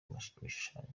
ibishushanyo